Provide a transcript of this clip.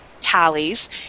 tallies